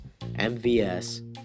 MVS